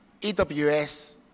AWS